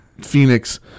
phoenix